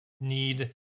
need